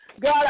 God